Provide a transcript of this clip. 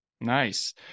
Nice